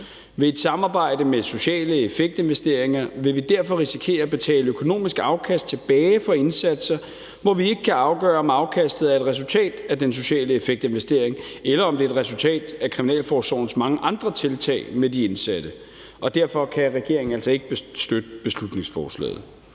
Ved et samarbejde, der indebærer social effekt-investeringer, vil vi derfor risikere at betale økonomiske afkast tilbage for indsatser, hvor vi ikke kan afgøre, om afkastet er et resultat af social effekt-investeringen, eller om det er et resultat af kriminalforsorgens mange andre tiltag med de indsatte. Derfor kan regeringen altså ikke støtte beslutningsforslaget.